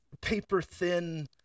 paper-thin